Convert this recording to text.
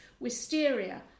Wisteria